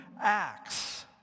acts